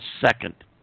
second